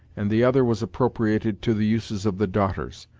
and the other was appropriated to the uses of the daughters.